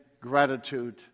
gratitude